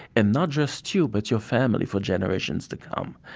and not just you, but your family for generations to come.